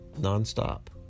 non-stop